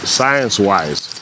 science-wise